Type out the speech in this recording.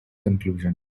conclusion